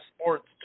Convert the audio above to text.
Sports